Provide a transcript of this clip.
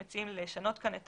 אנחנו מציעים לשנות כאן את